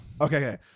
okay